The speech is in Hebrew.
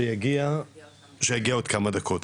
שיגיע עוד כמה דקות,